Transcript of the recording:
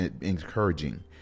encouraging